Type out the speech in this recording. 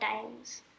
times